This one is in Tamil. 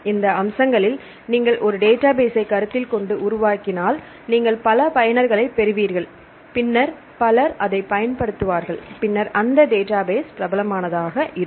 இந்த அம்சங்களில் நீங்கள் ஒரு டேட்டாபேஸ்ஸை கருத்தில் கொண்டு உருவாக்கினால் நீங்கள் பல பயனர்களைப் பெறுவீர்கள் பின்னர் பலர் அதைப் பயன்படுத்துவார்கள் பின்னர் அந்த டேட்டாபேஸ் பிரபலமானதாக இருக்கும்